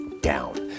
down